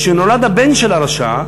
כשנולד הבן של הרשע,